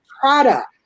product